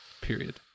Period